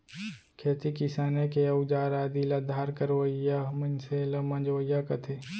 खेती किसानी के अउजार आदि ल धार करवइया मनसे ल मंजवइया कथें